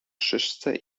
szyszce